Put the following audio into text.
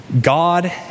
God